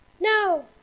No